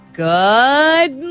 good